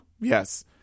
Yes